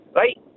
right